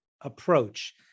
approach